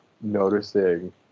noticing